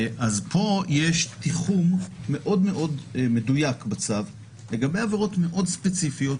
פה יש תיחום מאוד מדויק בצו לגבי עבירות מאוד ספציפיות,